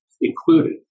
included